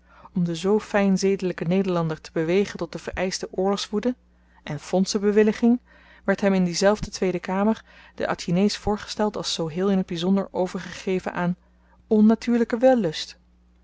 om den zoo fyn zedelyken nederlander te bewegen tot de vereischte oorlogswoede en fondsen bewilliging werd hem in diezelfde tweede kamer de atjinees voorgesteld als zoo heel in t byzonder overgegeven aan onnatuurlyken wellust